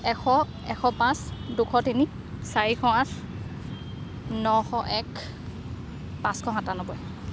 এশ এশ পাঁচ দুশ তিনি চাৰিশ আঠ নশ এক পাঁচশ সাতান্নব্বৈ